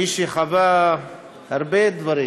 כמי שחווה הרבה דברים